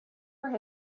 where